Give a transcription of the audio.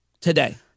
today